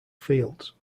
fields